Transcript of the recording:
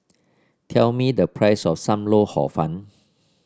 tell me the price of Sam Lau Hor Fun